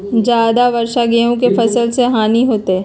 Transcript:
ज्यादा वर्षा गेंहू के फसल मे हानियों होतेई?